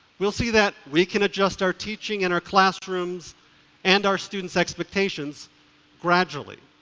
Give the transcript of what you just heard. we'll see that we can adjust our teaching in our classrooms and our student's expectations gradually.